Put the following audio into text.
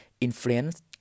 influence